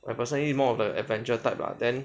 I'm personally more of a adventure type lah then